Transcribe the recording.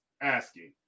asking